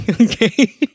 okay